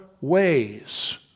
ways